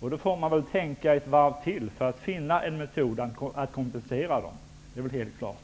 Man får väl tänka ett varv till för att finna en annan metod att kompensera dem. Det är helt klart.